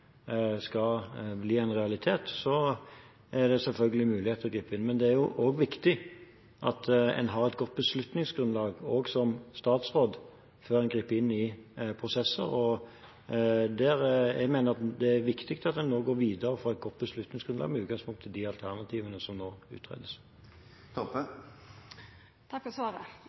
skal bli en realitet, er det selvfølgelig mulig å gripe inn. Men det er viktig at en har et godt beslutningsgrunnlag, òg som statsråd, før en griper inn i prosesser. Jeg mener det er viktig at en nå går videre og får et godt beslutningsgrunnlag med utgangspunkt i de alternativene som nå